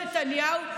נתניהו.